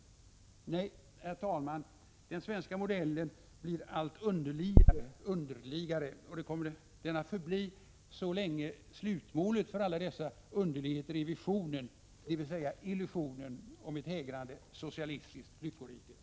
Nej, herr talman, den svenska modellen blir allt underligare — och det kommer den att förbli så länge slutmålet för alla dessa underligheter är visionen, dvs. illusionen, om ett hägrande socialistiskt lyckorike.